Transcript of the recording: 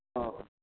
ହଁ